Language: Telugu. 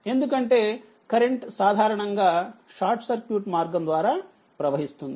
ఎందుకంటే కరెంట్ సాధారణంగా షార్ట్ సర్క్యూట్మార్గంద్వారా ప్రవహిస్తుంది